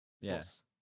Yes